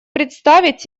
представить